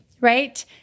right